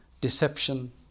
deception